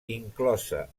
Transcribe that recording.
inclosa